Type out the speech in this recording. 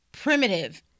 primitive